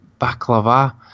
Baklava